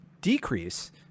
decrease